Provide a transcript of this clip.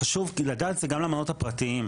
וחשוב לדעת זה גם למעונות הפרטיים,